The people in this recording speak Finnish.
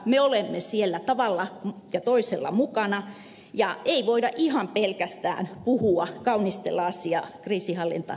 me olemme siellä tavalla ja toisella mukana eikä voida ihan pelkästään kaunistella asiaa puhumalla kriisinhallintaoperaatiosta